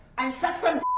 and suck some